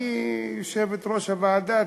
אני יושבת-ראש הוועדה,